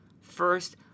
First